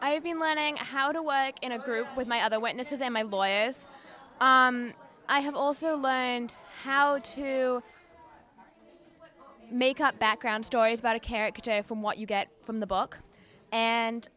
i've been learning how to work in a group with my other witnesses and my boy yes i have also learned how to make up background stories about a character from what you get from the book and